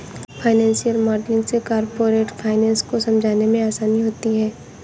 financial modelling से corporate finance को समझने में आसानी होती है